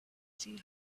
see